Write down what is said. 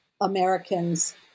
Americans